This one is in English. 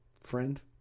Friend